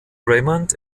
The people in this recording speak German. raymond